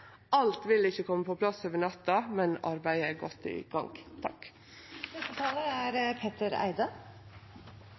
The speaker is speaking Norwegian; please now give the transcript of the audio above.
Alt vil ikkje kome på plass over natta, men arbeidet er godt i gang.